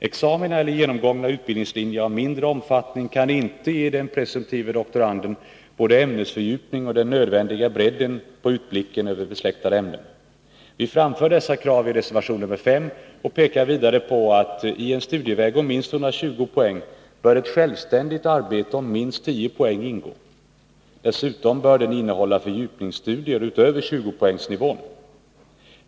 Examina eller genomgångna utbildningslinjer av mindre omfattning kan inte ge den presumtive doktoranden både ämnesfördjupning och den nödvändiga bredden på utblicken över besläktade ämnen. Vi framför dessa krav i reservation nr 5 och pekar vidare på att i en studieväg om minst 120 poäng bör ett självständigt arbete om minst 10 poäng ingå. Dessutom bör den innehålla fördjupningsstudier utöver 20-poängsnivån.